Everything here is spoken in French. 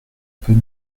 peut